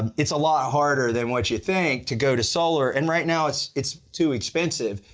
and it's a lot harder than what you think to go to solar and right now it's it's too expensive.